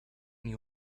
and